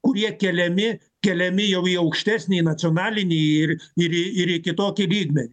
kurie keliami keliami jau į aukštesnį nacionalinį ir ir į ir į kitokį lygmenį